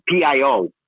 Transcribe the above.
PIO